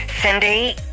Cindy